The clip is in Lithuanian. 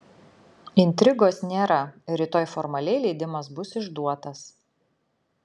intrigos nėra rytoj formaliai leidimas bus išduotas